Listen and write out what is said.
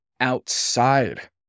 Outside